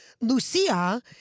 Lucia